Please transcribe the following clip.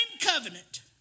covenant